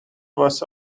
was